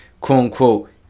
quote-unquote